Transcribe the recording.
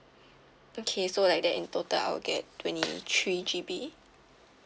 okay so like that in total I'll get twenty three G_B